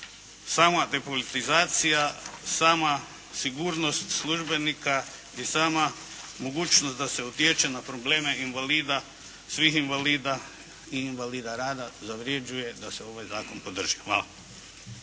sama depolitizacija, sama sigurnost službenika i sama mogućnost da se utječe na probleme invalida, svih invalida i invalida rada zavređuje da se ovaj zakon podrži. Hvala.